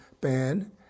ban